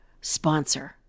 sponsor